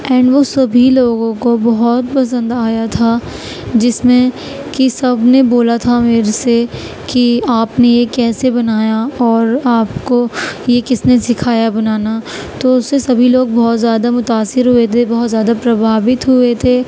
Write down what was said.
and وہ سبھی لوگوں کو بہت پسند آیا تھا جس میں کہ سب نے بولا تھا میرے سے کہ آپ نے یہ کیسے بنایا اور آپ کو یہ کس نے سکھایا بنانا تو اس سے سبھی لوگ بہت زیادہ متأثر ہوئے تھے بہت زیادہ بربھاوت ہوئے تھے